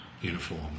uniform